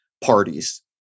parties